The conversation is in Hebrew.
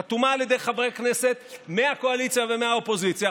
חתומה על ידי חברי כנסת מהקואליציה ומהאופוזיציה,